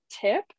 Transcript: tip